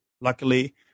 Luckily